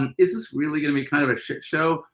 and is this really going to be kind of a shit show?